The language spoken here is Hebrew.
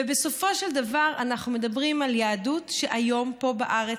ובסופו של דבר אנחנו מדברים על יהדות שהיום פה בארץ,